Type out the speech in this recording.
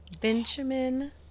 Benjamin